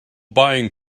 buying